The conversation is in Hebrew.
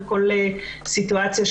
בכל סיטואציה,